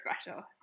special